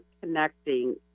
connecting